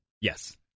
Yes